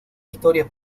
historias